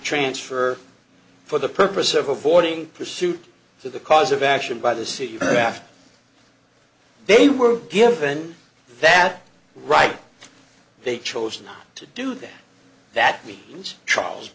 transfer for the purpose of avoiding pursuit for the cause of action by the city that they were given that right they chose not to do that that means